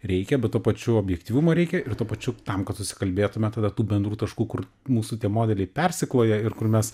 reikia bet tuo pačiu objektyvumo reikia ir tuo pačiu tam kad susikalbėtume tada tų bendrų taškų kur mūsų tie modeliai persikloja ir kur mes